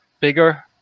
bigger